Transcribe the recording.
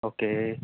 okay